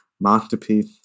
masterpiece